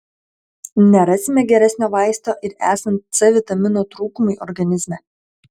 nerasime geresnio vaisto ir esant c vitamino trūkumui organizme